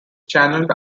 channeled